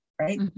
right